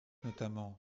notamment